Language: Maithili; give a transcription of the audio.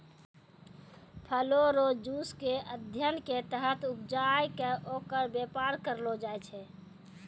फल रो जुस के अध्ययन के तहत उपजाय कै ओकर वेपार करलो जाय छै